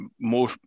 more